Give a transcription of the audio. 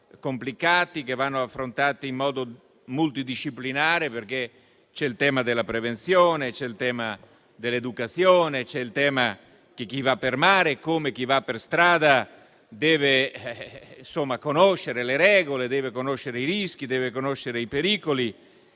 complicati, che vanno affrontati in modo multidisciplinare, perché ci sono il tema della prevenzione, quello dell'educazione e quello di chi va per mare, che, come chi va per strada, deve conoscere le regole, i rischi e i pericoli.